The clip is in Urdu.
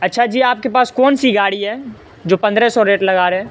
اچّھا جی آپ کے پاس کون سی گاڑی ہے جو پندرہ سو ریٹ لگا رہے ہیں